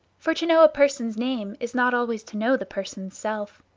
for to know a person's name is not always to know the person's self.